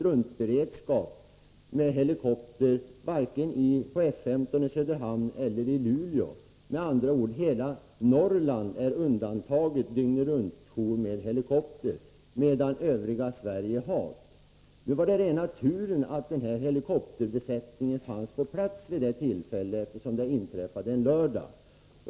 Sådan beredskap har man över huvud taget inte vare sig på F 15 i Söderhamn eller i Luleå — hela Norrland är med andra ord utan dygnet-runt-beredskap med helikopter, medan övriga Sverige har detta. När det gäller den tågolycka jag talade om var det rena turen att helikopterbesättningen fanns på plats vid det här tillfället, eftersom olyckan inträffade en lördag.